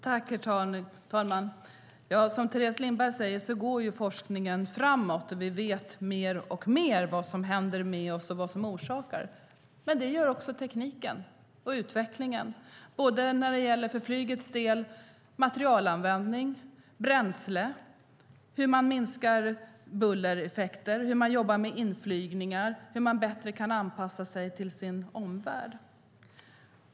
Herr talman! Som Teres Lindberg säger går forskningen framåt. Vi vet mer och mer om vad som händer med oss och vad som orsakar vad. Men också tekniken går framåt liksom utvecklingen. För flygets del gäller det materialanvändning och bränsle, hur man minskar bullereffekter, jobbar med inflygningar och bättre kan anpassa sig till sin omvärld.